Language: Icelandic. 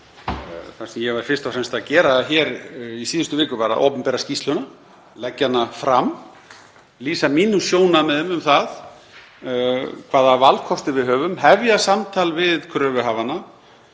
Það sem ég var fyrst og fremst að gera hér í síðustu viku var að opinbera skýrsluna, leggja hana fram, lýsa mínum sjónarmiðum um hvaða valkosti við höfum, hefja samtal við kröfuhafana